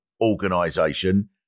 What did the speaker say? organization